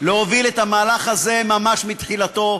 להוביל את המהלך הזה ממש מתחילתו,